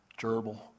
gerbil